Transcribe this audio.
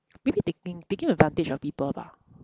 maybe taking taking advantage of people lah